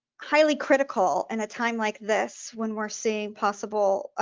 highly critical and a time like this when we're seeing possible